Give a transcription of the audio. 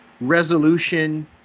resolution